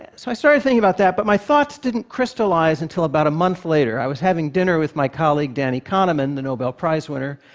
so i started thinking about that, but my thoughts didn't crystallize until about a month later. i was having dinner with my colleague, danny kahneman, the nobel prize winner,